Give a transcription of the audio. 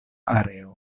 areo